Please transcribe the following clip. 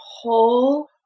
whole